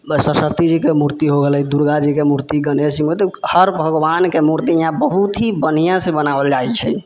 सरस्वती जीके मूर्ति हो गेलै दुर्गाजीके मूर्ति गणेश जीके मूर्ति मतलब हर भगवानके मूर्ति यहाँ बहुत हि बढ़िऑं सँ बनाओल जाइ छै